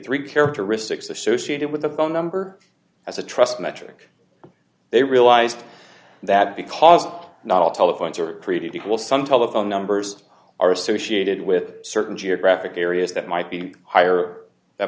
three characteristics associated with the phone number as a trust metric they realized that because not all telephones are created equal some telephone numbers are associated with certain geographic areas that might be higher that